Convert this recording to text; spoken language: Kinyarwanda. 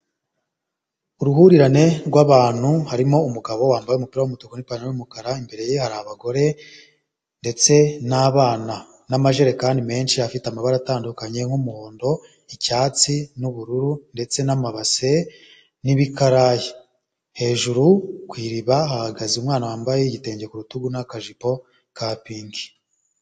uruhurirane rw'abantu harimo umugabo wambaye umupira w'umutukura n'ipantaro y'umukara imbere ye hari abagore ndetse n'abana n'amajerekani menshi afite amabara atandukanye nk'umuhondo icyatsi n'ubururu ndetse n'amabase n'ibikaraye hejuru ku iriba hagaze umwana wambaye igitenge ku rutugu n'akajipo ka pinji.